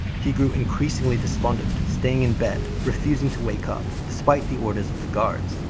he grew increasingly despondent, staying in bed, refusing to wake up despite the orders of the guards.